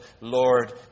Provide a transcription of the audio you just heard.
Lord